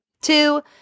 Two